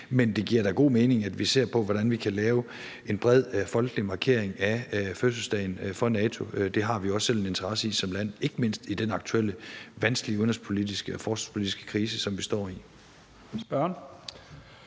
men det giver da god mening, at vi ser på, hvordan vi kan lave en bred folkelig markering af fødselsdagen for NATO. Det har vi også selv en interesse i som land, ikke mindst i den aktuelle vanskelige udenrigspolitiske og forsvarspolitiske krise, som vi står i.